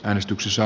äänestyksessä